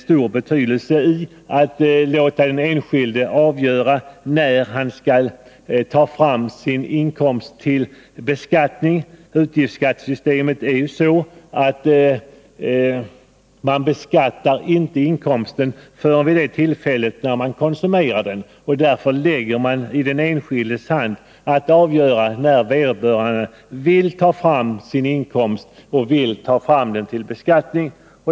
Utgiftsskattesystemet innebär ju att man inte beskattar inkomsten förrän vid det tillfälle då den konsumeras. Därför lägger man i den enskildes hand att avgöra när han vill redovisa inkomsten för beskattning.